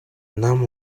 нам